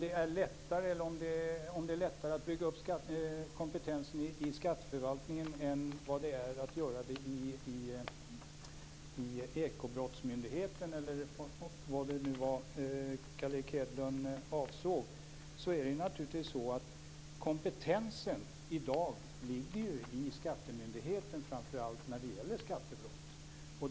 En fråga gällde om det är lättare att bygga upp kompetensen i skatteförvaltningen än i Ekobrottsmyndigheten, eller vad nu Carl Erik Hedlund avsåg. Det är naturligtvis så att kompetensen när det gäller skattebrott i dag framför allt ligger hos skattemyndigheten.